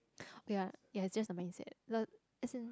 oh yeah yeah it's just the mindset lol as in